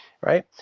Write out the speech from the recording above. right